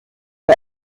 for